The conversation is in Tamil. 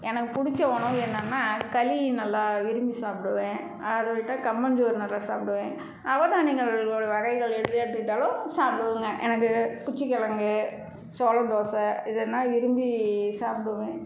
எனக்கு பிடிச்ச உணவு என்னென்னா களி நல்லா விரும்பி சாப்பிடுவேன் அதை விட்டால் கம்பஞ்சோறு நல்லா சாப்பிடுவேன் நவதானியங்களோட வகைகள் எது எடுத்துக்கிட்டாலும் சாப்பிடுவேங்க எனக்கு குச்சிக்கெழங்கு சோளதோசை இதுன்னா விரும்பி சாப்பிடுவேன்